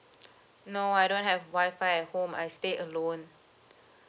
no I don't have Wi-Fi at home I stay alone